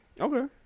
Okay